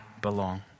belong